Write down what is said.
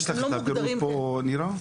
יש לך את הפירוט פה, נירה?